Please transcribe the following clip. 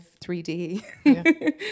3D